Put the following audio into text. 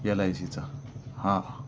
L I सीचा हां